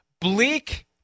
Bleak